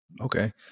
Okay